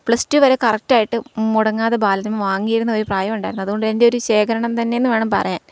plus two വരെ കറക്റ്റായിട്ട് മുടങ്ങാതെ ബാലരമ വാങ്ങിയിരുന്ന ഒരു പ്രായമുണ്ടായിരുന്നു അതുകൊണ്ട് എൻ്റെ ഒരു ശേഖരണം തന്നെയെന്നു വേണം പറയാൻ